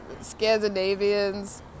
Scandinavians